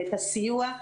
את הסיוע.